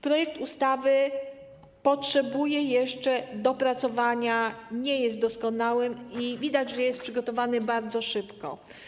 Projekt ustawy potrzebuje jeszcze dopracowania, nie jest doskonały, widać, że był przygotowywany bardzo szybko.